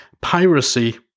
piracy